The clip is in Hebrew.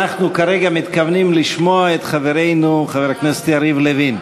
אנחנו כרגע מתכוונים לשמוע את חברנו חבר הכנסת יריב לוין.